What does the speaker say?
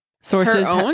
Sources